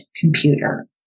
computer